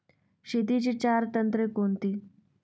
शेतीची चार तंत्रे कोणती?